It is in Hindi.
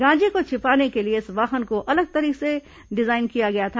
गांजे को छिपाने के लिए इस वाहन को अलग तरीके से डिजाइन किया गया था